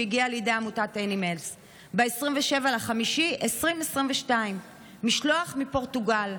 שהגיע לידי עמותת אנימלס ב-27 במאי 2022. משלוח מפורטוגל: